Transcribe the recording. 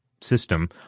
System